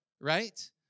right